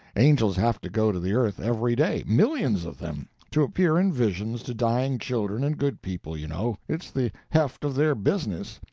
angels have to go to the earth every day millions of them to appear in visions to dying children and good people, you know it's the heft of their business.